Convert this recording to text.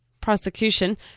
Prosecution